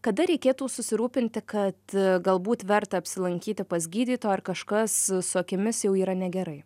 kada reikėtų susirūpinti kad galbūt verta apsilankyti pas gydytoją ar kažkas su akimis jau yra negerai